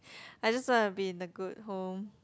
I just want to be in a good home